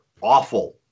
awful